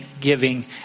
giving